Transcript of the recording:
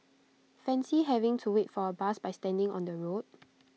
fancy having to wait for A bus by standing on the road